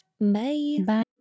Bye